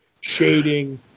shading